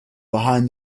behind